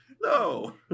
No